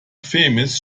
famous